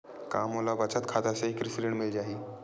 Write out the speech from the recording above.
का मोला बचत खाता से ही कृषि ऋण मिल जाहि?